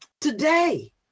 today